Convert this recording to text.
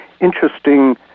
interesting